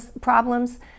problems